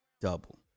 double